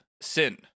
sin